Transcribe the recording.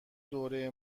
دوره